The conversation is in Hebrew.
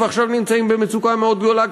ועכשיו נמצאים במצוקה מאוד גדולה,